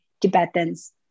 Tibetans